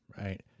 right